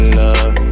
love